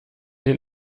den